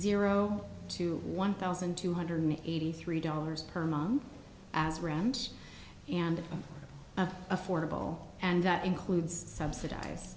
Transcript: zero to one thousand two hundred eighty three dollars per month as rent and affordable and that includes subsidize